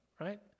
right